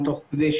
תודה.